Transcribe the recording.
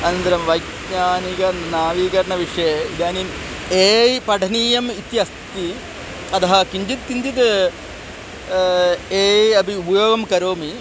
अनन्तरं वैज्ञानिक नवीकरणविषये इदानीम् ए ऐ पठनीयम् इत्यस्ति अतः किञ्चिद् किञ्चित् ए ऐ अपि उपयोगं करोमि